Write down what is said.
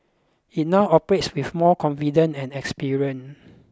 it now operates with more confidence and experience